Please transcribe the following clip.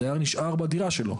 הדייר נשאר בדירה שלו.